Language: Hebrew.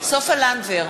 סופה לנדבר,